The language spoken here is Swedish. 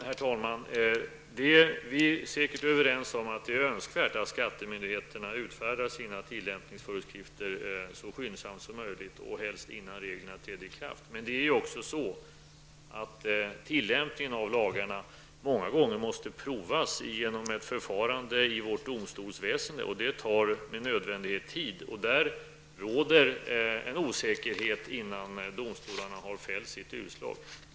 Herr talman! Vi är säkert överens om att det är önskvärt att skattemyndigheterna utfärdar sina tillämpningsföreskrifter så skyndsamt som möjligt, och helst innan reglerna träder i kraft. Men tillämpningen av lagarna måste många gånger prövas genom ett förfarande i vårt domstolsväsende, och det tar med nödvändighet tid. Det råder en osäkerhet innan domstolarna har fällt sitt utslag.